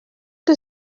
que